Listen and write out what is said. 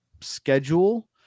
schedule